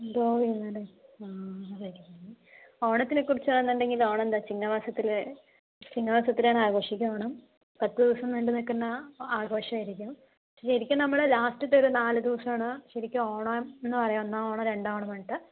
ഗോവയിൽനിന്ന് അല്ലേ ഓണത്തിനെക്കുറിച്ചെന്ന് ഉണ്ടെങ്കിൽ ഓണമെന്താ ചിങ്ങമാസത്തിൽ ചിങ്ങമാസത്തിലാണ് ആഘോഷിക്കുക ഓണം പത്തു ദിവസം നീണ്ടു നിൽക്കുന്ന ആഘോഷമായിരിക്കും ശരിക്കും നമ്മൾ ലാസ്റ്റിലത്തെ ഒരു നാലു ദിവസമാണ് ശരിക്കും ഓണമെന്നു പറയുന്നത് ഒന്നാം ഓണം രണ്ടാം ഓണം എന്ന് പറഞ്ഞിട്ട്